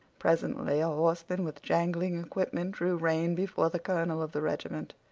presently a horseman with jangling equipment drew rein before the colonel of the regiment.